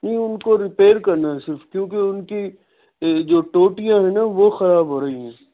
نہیں ان کو رپیئر کرنا ہے صرف کیونکہ ان کی جو ٹوٹیاں ہیں نا وہ خراب ہو رہی ہیں